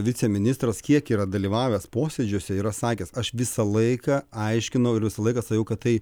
viceministras kiek yra dalyvavęs posėdžiuose yra sakęs aš visą laiką aiškinau ir visą laiką sakiau kad tai